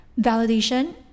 validation